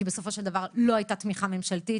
כי בסופו של דבר לא הייתה תמיכה ממשלתית.